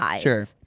sure